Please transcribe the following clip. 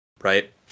right